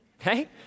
Okay